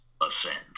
ascend